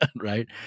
right